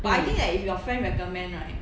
hmm